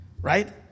Right